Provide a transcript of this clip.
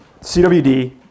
CWD